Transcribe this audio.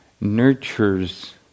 nurtures